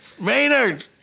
Maynard